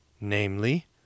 namely